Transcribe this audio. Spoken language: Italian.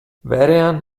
vehrehan